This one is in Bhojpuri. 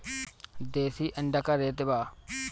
देशी अंडा का रेट बा?